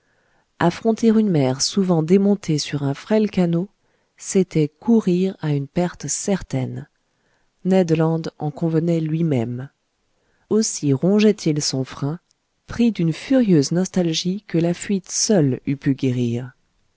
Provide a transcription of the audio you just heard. affronter une mer souvent démontée sur un frêle canot c'était courir à une perte certaine ned land en convenait lui-même aussi rongeait il son frein pris d'une furieuse nostalgie que la fuite seule eût pu guérir